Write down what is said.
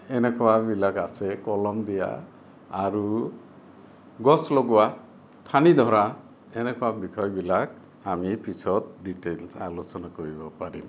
এনেকুৱাবিলাক আছে কলম দিয়া আৰু গছ লগোৱা ঠানি ধৰা এনেকুৱা বিষয়বিলাক আমি পিছত ডিটেইলচ্ আলোচনা কৰিব পাৰিম